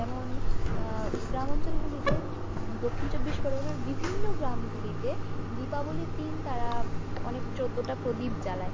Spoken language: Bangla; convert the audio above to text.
যেমন গ্রাম অঞ্চলগুলিতে দক্ষিণ চব্বিশ পরগনার বিভিন্ন গ্রামগুলিতে দীপাবলির দিন তারা অনেক চোদ্দোটা প্রদীপ জ্বালায়